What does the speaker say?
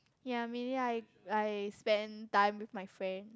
ya mainly I I spend time with my friend